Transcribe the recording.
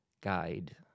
guide